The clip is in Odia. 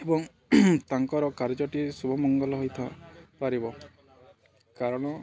ଏବଂ ତାଙ୍କର କାର୍ଯ୍ୟଟି ଶୁଭମଙ୍ଗଳ ହୋଇପାରିବ କାରଣ